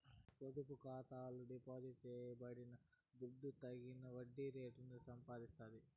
పొదుపు ఖాతాల డిపాజిట్ చేయబడిన దుడ్డు తగిన వడ్డీ రేటు సంపాదిస్తాది